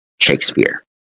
Shakespeare